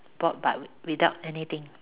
board but without anything